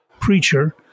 preacher